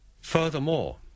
Furthermore